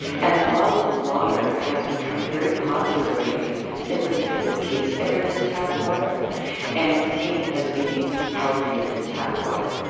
and bottled water has become very popular lately simply because it tastes better than tap water and it's siege as being healthier than tap water.